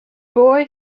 boy